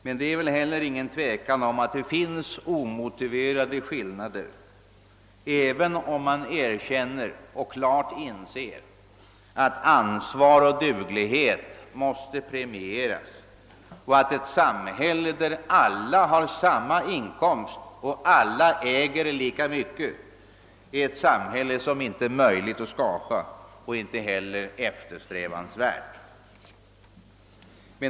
Men det råder inte något tvivel om att det finns omotiverade skillnader, även om man klart inser och erkänner att ansvar och duglighet måste premieras och att ett samhälle, där alla har samma inkomst och alla äger lika mycket, inte är möjligt att skapa och inte heller är eftersträvansvärt.